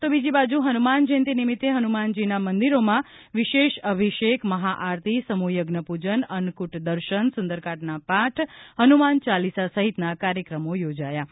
તો બીજી બાજુ હનુમાન જયંતિ નિમિત્તે હનુમાનજીના મંદિરોમાં વિશેષ અભિષેક મહાઆરતી સમૂહ યજ્ઞ પૂજન અન્નકૂટ દર્શન સુંદરકાંડના પાઠ હનુમાન ચાલીસા સહિતના કાર્યક્રમો યોજાય છે